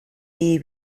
bihi